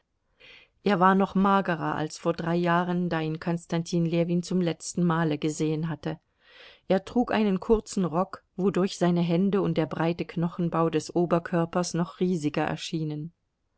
er war noch magerer als vor drei jahren da ihn konstantin ljewin zum letzten male gesehen hatte er trug einen kurzen rock wodurch seine hände und der breite knochenbau des oberkörpers noch riesiger erschienen